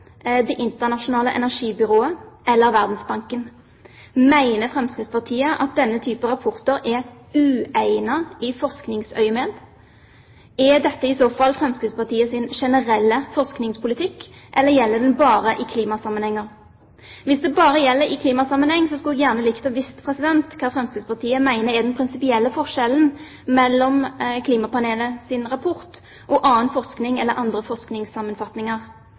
Det internasjonale energibyrå eller Verdensbanken. Mener Fremskrittspartiet at denne type rapporter er uegnet i forskningsøyemed? Er dette i så fall Fremskrittspartiets generelle forskningspolitikk, eller gjelder den bare i klimasammenhenger? Hvis det bare gjelder i klimasammenheng, skulle jeg gjerne likt å vite hva Fremskrittspartiet mener er den prinsipielle forskjellen mellom klimapanelets rapport og annen forskning eller andre forskningssammenfatninger.